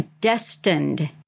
Destined